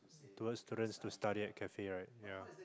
towards students to study at cafe right yeah